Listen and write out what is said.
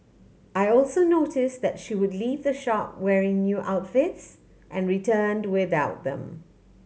I also notice that she would leave the shop wearing new outfits and returned without them